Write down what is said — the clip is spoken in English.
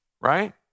right